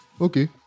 Okay